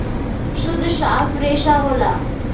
सुद्ध साफ रेसा होला